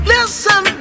Listen